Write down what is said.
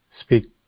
speak